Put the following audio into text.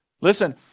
listen